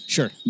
Sure